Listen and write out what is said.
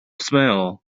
smell